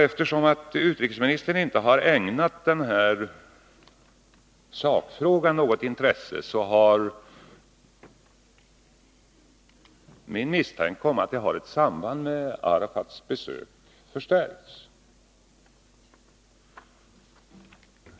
Eftersom utrikesministern inte ägnat denna sakfråga något intresse, har min misstanke att det har ett samband med Arafats besök förstärkts.